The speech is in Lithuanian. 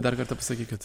dar kartą pasakykit